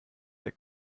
der